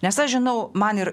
nes aš žinau man ir